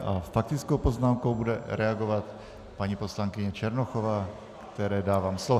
S faktickou poznámkou bude reagovat paní poslankyně Černochová, které dávám slovo.